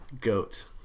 Goat